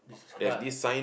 describe